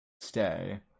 Stay